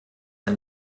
ein